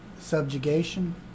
subjugation